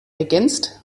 ergänzt